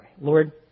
Lord